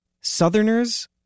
Southerners